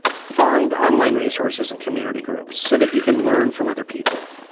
find online resources and community groups so that you can learn from other people.